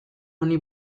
honi